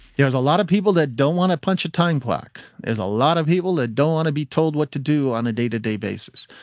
there's a lot of people that don't want to punch a time clock a lot of people that don't want to be told what to do on a day to day basis,